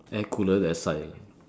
air cooler that side